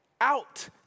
out